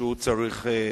הוא צריך לצאת,